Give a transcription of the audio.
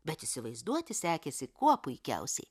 bet įsivaizduoti sekėsi kuo puikiausiai